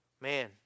man